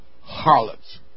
Harlots